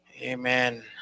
Amen